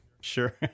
Sure